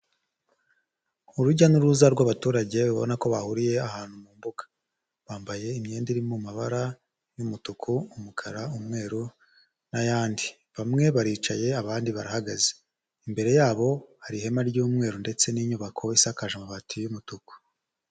Urujya n'uruza rw'abaturage ubabona ko bahuriye ahantu mu mbuga, bambaye imyenda iri mu mabara y'umutuku, umukara, umweru n'ayandi, bamwe baricaye abandi barahagaze, imbere yabo hari ihema ry'umweru ndetse n'inyubako isakaje amabati y'umutuku.